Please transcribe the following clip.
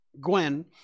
Gwen